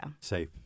Safe